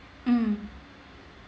mm